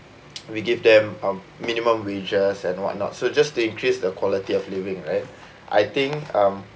we give them um minimum wages and whatnot so just to increase the quality of living right I think um